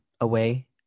away